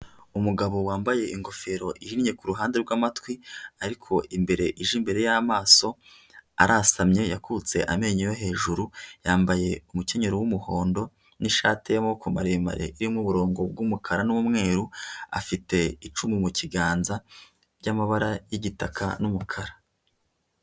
Umugabo wambaye ingofero ihinye ku ruhande rw'amatwi ariko imbere ije imbere y'amaso arasamye yakutse amenyo yo hejuru, yambaye umukenyero w'umuhondo n'ishati y'amaboko maremare irimo uburongo bw'umukara n'umweru afite icumu mu kiganza by'amabara y'igitaka n'umukara.